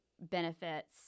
benefits